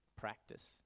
practice